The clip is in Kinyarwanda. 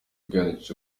kwiyandikisha